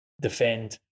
defend